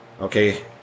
okay